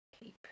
keep